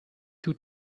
two